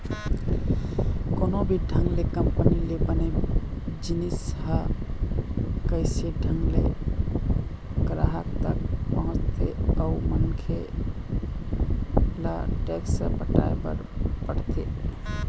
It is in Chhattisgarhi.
कोनो भी ढंग ले कंपनी ले बने जिनिस ह कइसे ढंग ले गराहक तक पहुँचथे अउ मनखे ल टेक्स पटाय बर पड़थे